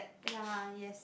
ya yes